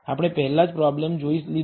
આપણે પહેલાં જ પ્રોબ્લેમ જોઈ લીધો છે